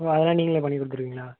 ஓ அதெலாம் நீங்களே பண்ணி கொடுத்துருவீங்களா